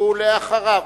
ואחריו,